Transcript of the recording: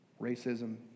racism